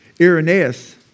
Irenaeus